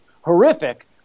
horrific